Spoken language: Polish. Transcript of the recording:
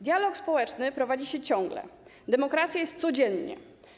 Dialog społeczny prowadzi się ciągle, demokracja jest codziennie.